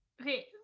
Okay